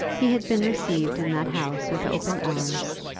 he had been received in that house with open arms,